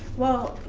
well,